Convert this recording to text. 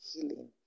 healing